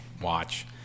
watch